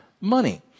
money